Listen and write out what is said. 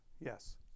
Yes